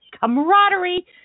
camaraderie